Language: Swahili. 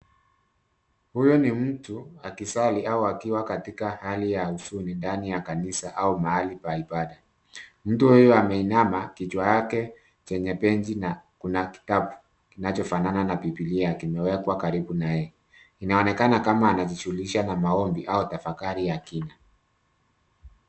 Huyu ni mtu akisali, au akiwa katika hali ya huzuni ndani ya kanisa au mahali pa ibada. Mtu huyu ameinama, kichwa yake chenye benchi na kuna kitabu kinachofanana na bibilia kimewekwa karibu naye. Inaonekana kama anajishughulisha na maombi, au tafakari ya kina.